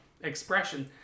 expression